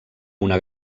una